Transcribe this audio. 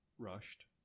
Rushed